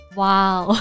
Wow